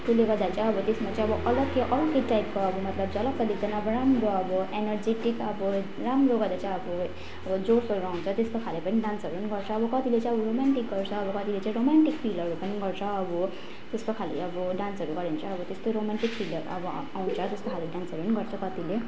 त्यसले गर्दाखेरि चाहिँ अब त्यसमा चैँ अब अलग्गै अर्कै टाइपको अब मतलब झलक्क देख्दा पनि अब राम्रो अब एनर्जेटिक अब राम्रो गर्दा चाहिँ अब जोसहरू आउँछ त्यस्तो खाले पनि डान्सहरू पनि गर्छ अब कतिले चाहिँ अब रोमान्टिक गर्छ अब कतिले चाहिँ रोमान्टिक फिलहरू पनि गर्छ अब त्यस्तो खाले अब डान्सहरू गऱ्यो भने चाहिँ अब त्यस्तो रोमान्टिक फिलहरू अब आउँछ त्यस्तो खाले डान्सहरू पनि गर्छ कतिले